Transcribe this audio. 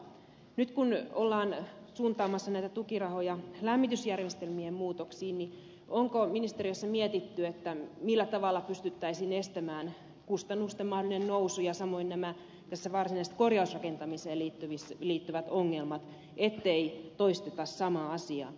nyt kun ollaan suuntaamassa näitä tukirahoja lämmitysjärjestelmien muutoksiin onko ministeriössä mietitty millä tavalla pystyttäisiin estämään kustannusten mahdollinen nousu ja samoin nämä varsinaiseen korjausrakentamiseen liittyvät ongelmat ettei toisteta samaa asiaa